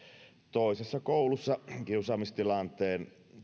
toisessa koulussa kiusaamistilanteet